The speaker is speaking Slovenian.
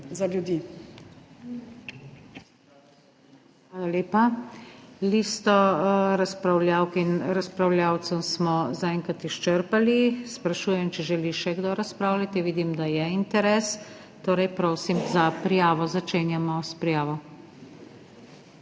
razpravljavk in razpravljavcev smo zaenkrat izčrpali. Sprašujem, če želi še kdo razpravljati. Vidim, da je interes. Prosim za prijavo. Začenjamo s prijavo.